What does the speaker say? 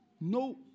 No